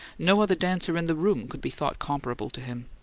no other dancer in the room could be thought comparable to him.